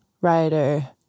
writer